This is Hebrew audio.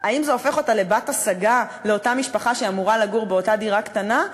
האם זה הופך אותה לבת-השגה לאותה משפחה שאמורה לגור באותה דירה קטנה?